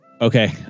Okay